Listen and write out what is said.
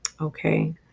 okay